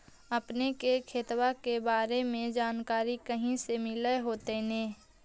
अपने के खेतबा के बारे मे जनकरीया कही से मिल होथिं न?